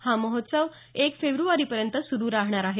हा महोत्सव एक फेब्रुवारीपर्यंत सुरु राहणार आहे